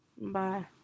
Bye